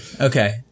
Okay